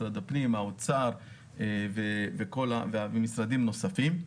משרד האוצר ומשרדים נוספים,